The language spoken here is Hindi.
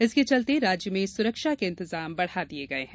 इसके चलते राज्य में सुरक्षा के इंतजाम बढ़ा दिये गये हैं